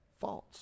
False